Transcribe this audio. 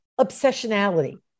Obsessionality